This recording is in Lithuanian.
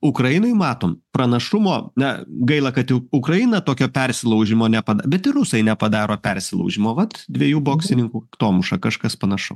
ukrainoj matom pranašumo na gaila kad jau ukraina tokio persilaužimo nepad bet ir rusai nepadaro persilaužimo vat dviejų boksininkų kaktomuša kažkas panašaus